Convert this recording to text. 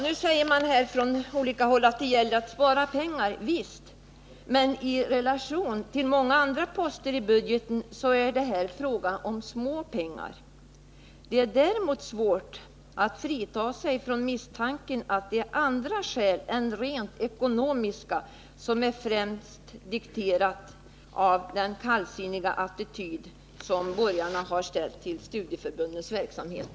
Nu säger man här från olika håll att det gäller att spara pengar. Visst! Men i relation till många andra poster i budgeten är det här fråga om små belopp. Det är däremot svårt att frigöra sig från misstanken att det är andra skäl än rent ekonomiska som främst dikterat den kalla attityd som de borgerliga har intagit till studieförbundens verksamhet,